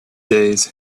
days